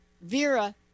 vera